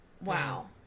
wow